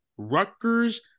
Rutgers